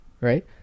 right